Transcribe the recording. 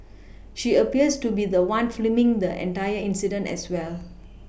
she appears to be the one filming the entire incident as well